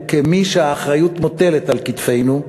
וכמי שהאחריות מוטלת על כתפינו,